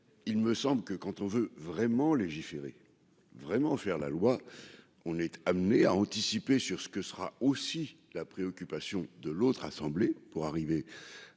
il me semble que quand on veut vraiment légiférer vraiment faire la loi, on est amené à anticiper sur ce que sera aussi la préoccupation de l'autre assemblée pour arriver à